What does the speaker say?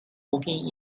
walking